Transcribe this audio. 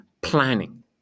planning